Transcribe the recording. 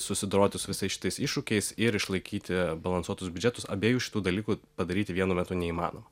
susidoroti su visais šitais iššūkiais ir išlaikyti balansuotus biudžetus abiejų šitų dalykų padaryti vienu metu neįmanoma